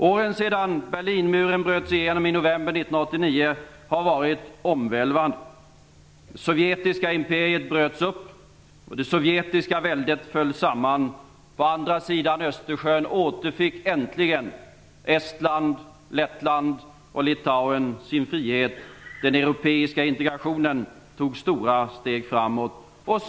Åren sedan Berlinmuren bröts igenom i november 1989 har varit omvälvande. Det sovjetiska imperiet bröts upp och det sovjetiska väldet föll samman. På andra sidan Östersjön återfick äntligen Estland, Lettland och Litauen sin frihet. Den europeiska integrationen tog stora steg framåt.